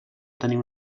tenir